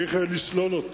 יהיה צריך לשלול אותו.